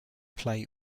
play